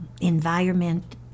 environment